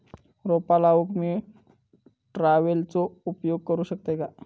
रोपा लाऊक मी ट्रावेलचो उपयोग करू शकतय काय?